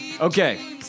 Okay